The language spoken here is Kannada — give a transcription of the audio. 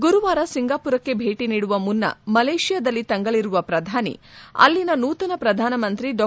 ಗುರುವಾರ ಸಿಂಗಾಪುರಕ್ಕೆ ಭೇಟ ನೀಡುವ ಮುನ್ನ ಮಲೇಷ್ಠಾದಲ್ಲಿ ತಂಗಲಿರುವ ಪ್ರಧಾನಿ ಅಲ್ಲಿನ ನೂತನ ಪ್ರಧಾನಮಂತ್ರಿ ಡಾ